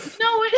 No